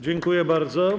Dziękuję bardzo.